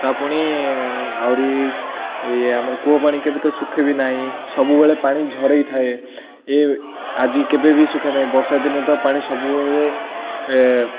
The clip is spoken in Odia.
ତା ପୁଣି ଆହୁରି ଇଏ ଆମର କୂଅ ପାଣି କେବେ ତ ସୁଖେ ବି ନାହିଁ ସବୁବେଳେ ପାଣି ଝରେଇ ଥାଏ ଏ ଆଜି କେବେ ବି ସୁଖେ ନାହିଁ ବର୍ଷା ଦିନେ ତ ପାଣି ସବୁବେଳେ